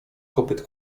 kopyt